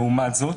לעומת זאת,